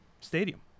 stadium